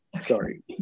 sorry